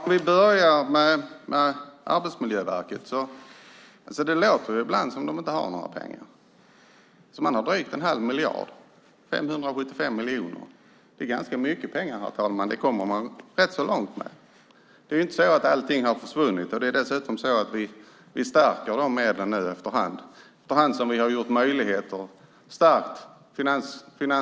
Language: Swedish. Herr talman! Låt mig börja med Arbetsmiljöverket. Det låter ibland som om de inte har några pengar. De har drygt en halv miljard, 575 miljoner. Det är ganska mycket pengar. Det kommer man ganska långt med. Det är inte så att allting har försvunnit. Dessutom stärker vi nu de medlen efter hand som vi stärker finanserna.